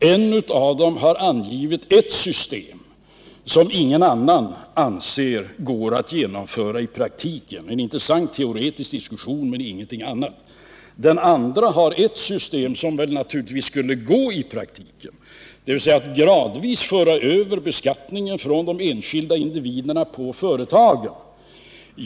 En av dem har angivit ett system som ingen annan anser går att genomföra i praktiken. Det innebär en intressant politisk diskussion men ingenting annat. Den andre har ett system som naturligtvis skulle gå i praktiken, dvs. att gradvis föra över beskattningen från de enskilda individerna till företagen.